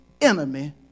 enemy